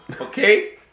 okay